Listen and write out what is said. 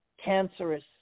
cancerous